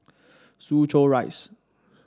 Soo Chow Rise